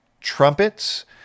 trumpets